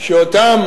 שאותם